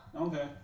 Okay